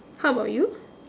how about you